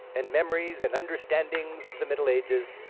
and memories, and understandings of the middle ages,